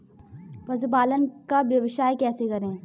पशुपालन का व्यवसाय कैसे करें?